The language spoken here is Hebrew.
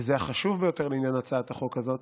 וזה החשוב ביותר לעניין הצעת החוק הזאת,